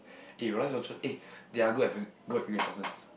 eh Rolex watches eh they are good eh good investments